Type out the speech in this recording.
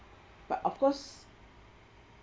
but of course